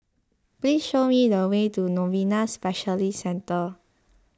please show me the way to Novena Specialist Centre